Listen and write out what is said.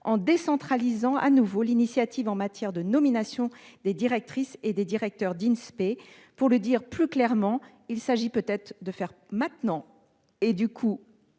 en décentralisant de nouveau l'initiative en matière de nomination des directrices et des directeurs d'Inspé. Pour le dire plus clairement, il s'agit de faire aujourd'hui